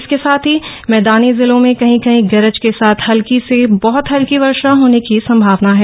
इसके साथ ही मैदानी जिलों में कहीं कहीं गरज के साथ हल्की से बहत हल्की वर्षा होने की संभावना है